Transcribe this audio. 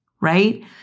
Right